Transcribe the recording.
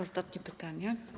Ostatnie pytanie.